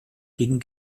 gegen